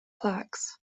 plaques